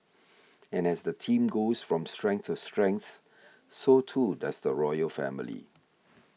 and as the team goes from strength to strength so too does the royal family